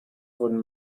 wurden